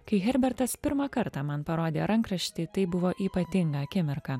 kai herbertas pirmą kartą man parodė rankraštį tai buvo ypatinga akimirka